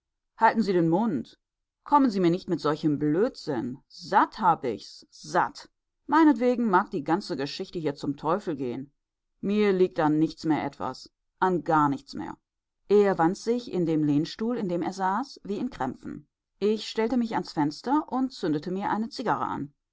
halten sie den mund kommen sie mir nicht mit solchem blödsinn satt hab ich's satt meinetwegen mag die ganze geschichte hier zum teufel gehen mir liegt an nichts mehr etwas an gar nichts mehr er wand sich in dem lehnstuhl in dem er saß wie in krämpfen ich stellte mich ans fenster und zündete mir eine zigarre an